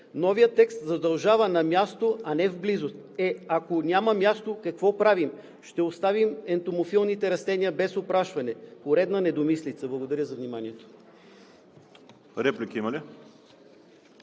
Новият текст задължава на място, а не в близост. Е, ако няма място, какво правим? Ще оставим ентомофилните растения без опрашване?! Поредна недомислица. Благодаря за вниманието.